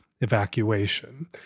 evacuation